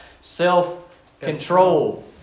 self-control